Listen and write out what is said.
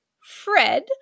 Fred